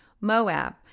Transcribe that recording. Moab